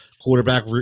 quarterback